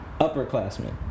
upperclassmen